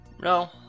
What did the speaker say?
No